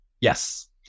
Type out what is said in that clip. Yes